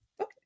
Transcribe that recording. okay